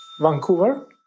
Vancouver